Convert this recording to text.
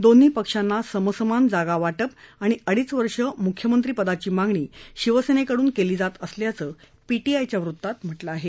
दोन्ही पक्षांना समसमान जागा वाटप आणि अडीच वर्षे मुख्यमंत्रिपदाची मागणी शिवसेनेकडून केली जात असल्याचं पीटीआयच्या वृत्तात म्हटलं आहे